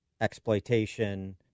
exploitation